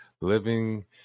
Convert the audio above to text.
living